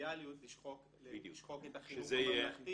הדיפרנציאליות לשחוק את החינוך הממלכתי.